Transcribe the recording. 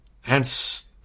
Hence